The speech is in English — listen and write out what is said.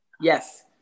Yes